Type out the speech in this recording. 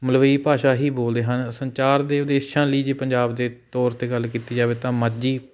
ਮਲਵਈ ਭਾਸ਼ਾ ਹੀ ਬੋਲਦੇ ਹਨ ਸੰਚਾਰ ਦੇ ਉਦੇਸ਼ਾਂ ਲਈ ਜੇ ਪੰਜਾਬ ਦੇ ਤੌਰ 'ਤੇ ਗੱਲ ਕੀਤੀ ਜਾਵੇ ਤਾਂ ਮਾਝੀ